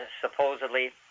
supposedly